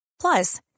Plus